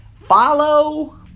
Follow